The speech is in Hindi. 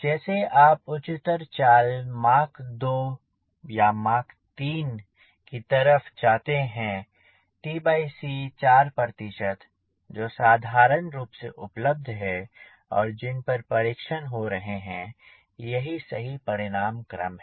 जैसे आप उच्चतर चाल मॉक 2 मॉक 3Mach 2 Mach3 की तरफ जाते हैं 4 जो साधारण रूप से उपलब्ध है और जिन पर परीक्षण हो रहे हैं यही सही परिमाण क्रम है